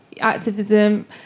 activism